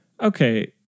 okay